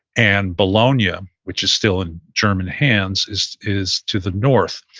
and bologna, um which is still in german hands, is is to the north.